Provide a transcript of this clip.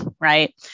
right